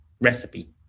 recipe